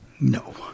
No